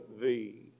thee